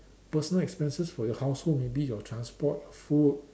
personal expenses for your household maybe your transport your food